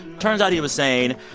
turns out, he was saying,